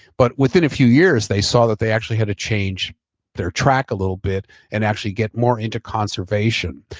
but within a few years they saw that they actually had to change their track a little bit and actually get more into conservation.